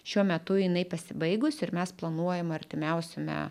šiuo metu jinai pasibaigus ir mes planuojam artimiausiame